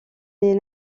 des